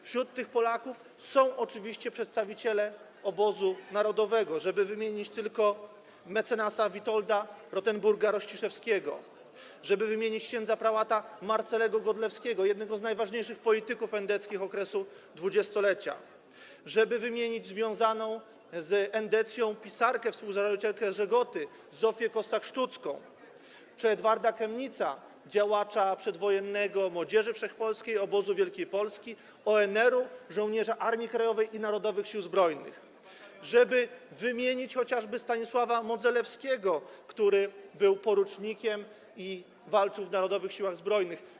Wśród tych Polaków są oczywiście przedstawiciele obozu narodowego: żeby wymienić tylko mec. Witolda Rothenburga-Rościszewskiego, żeby wymienić ks. prałata Marcelego Godlewskiego, jednego z najważniejszych polityków endeckich okresu dwudziestolecia, żeby wymienić związaną z endecją pisarkę, współzałożycielkę „Żegoty” Zofię Kossak-Szczucką czy Edwarda Kemnitza, przedwojennego działacza Młodzieży Wszechpolskiej, Obozu Wielkiej Polski, ONR-u, żołnierza Armii Krajowej i Narodowych Sił Zbrojnych, żeby wymienić chociażby Stanisława Modzelewskiego, który był porucznikiem i walczył w Narodowych Siłach Zbrojnych.